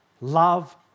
love